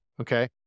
okay